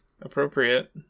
appropriate